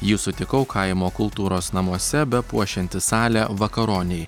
jį sutikau kaimo kultūros namuose bepuošiantį salę vakaronei